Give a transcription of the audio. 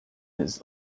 his